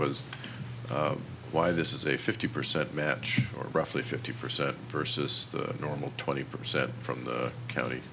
was why this is a fifty percent match or roughly fifty percent versus the normal twenty percent from the county